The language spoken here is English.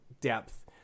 depth